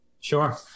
Sure